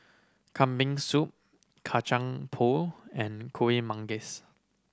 Kambing Soup Kacang Pool and Kuih Manggis